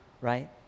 right